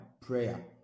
prayer